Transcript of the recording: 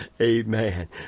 Amen